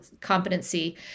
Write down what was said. competency